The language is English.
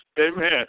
amen